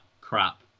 crap